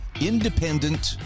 independent